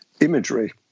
imagery